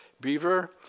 Beaver